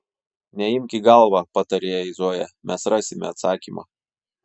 neimk į galvą patarė jai zoja mes rasime atsakymą